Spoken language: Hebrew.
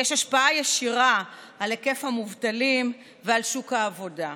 יש השפעה ישירה על היקף המובטלים ועל שוק העבודה.